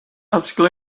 article